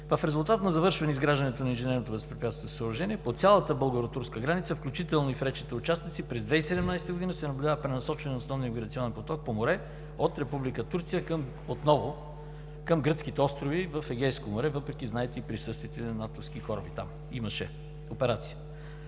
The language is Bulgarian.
В резултат на завършване изграждането на инженерното възпрепятстващо съоръжение по цялата българо-турска граница, включително и в речните участъци през 2017 г. се наблюдава пренасочване на основния миграционен поток по море от Република Турция отново към гръцките острови в Егейско море, въпреки знаете присъствието и на натовски кораби там – имаше операция.